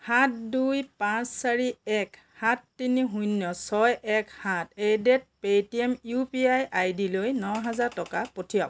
সাত দুই পাঁচ চাৰি এক সাত তিনি শূন্য ছয় এক সাত এইডেড পে'টিএম ইউ পি আই আই ডিলৈ ন হেজাৰ টকা পঠিৱাওক